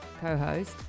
co-host